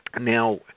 Now